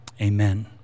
Amen